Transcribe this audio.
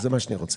זה מה שאני רוצה.